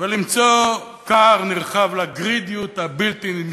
ולמצוא כר נרחב לגרידיות הבלתי-מסתיימת.